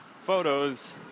photos